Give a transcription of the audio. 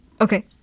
Okay